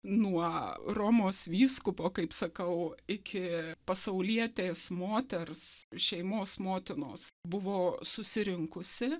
nuo romos vyskupo kaip sakau iki pasaulietės moters šeimos motinos buvo susirinkusi